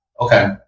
Okay